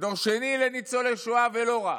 כדור שני לניצולי שואה ולא רק,